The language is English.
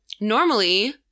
normally –